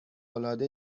العاده